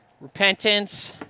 Repentance